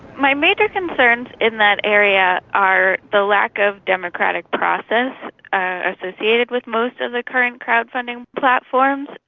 my major concerns in that area are the lack of democratic process associated with most of the current crowd-funding platforms.